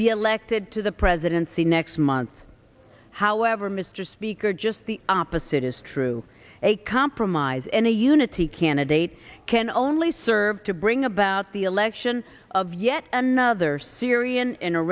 be elected to the presidency next month however mr speaker just the opposite is true a compromise and a unity candidate can only serve to bring about the election of yet another syrian and